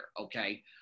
okay